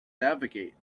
navigate